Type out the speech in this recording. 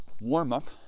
warm-up